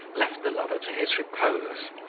left the lover to his repose,